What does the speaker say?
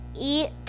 eat